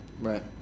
Right